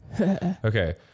Okay